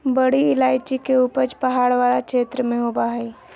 बड़ी इलायची के उपज पहाड़ वाला क्षेत्र में होबा हइ